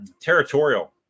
territorial